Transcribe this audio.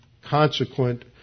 consequent